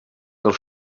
dels